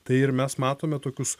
tai ir mes matome tokius